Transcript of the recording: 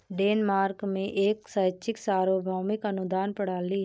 Denmark में एक शैक्षिक सार्वभौमिक अनुदान प्रणाली है